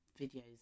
videos